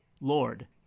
Lord